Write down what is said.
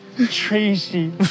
Tracy